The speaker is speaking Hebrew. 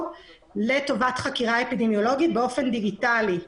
לטובת חקירה אפידמיולוגית באופן דיגיטלי.